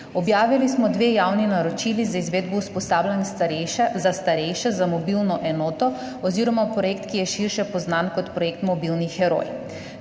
Objavili smo dve javni naročili za izvedbo usposabljanj za starejše, za mobilno enoto oziroma projekt, ki je širše poznan kot projekt Mobilni heroj.